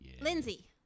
Lindsay